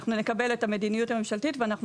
אנחנו נקבל את המדינות הממשלתית ואנחנו